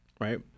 right